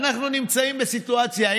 ואנחנו נמצאים בסיטואציה,